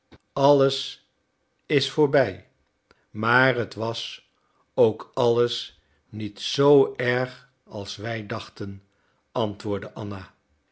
alles is voorbij maar t was ook alles niet zoo erg als wij dachten antwoordde anna